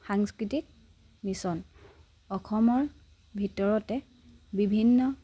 সাংস্কৃতিক মিশ্ৰণ অসমৰ ভিতৰতে বিভিন্ন